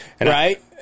Right